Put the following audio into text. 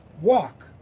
walk